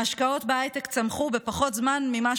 ההשקעות בהייטק צמחו בפחות זמן ממה